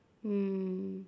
mm